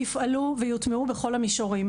יפעלו ויוטמעו בכל המישורים,